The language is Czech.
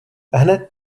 hned